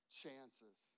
chances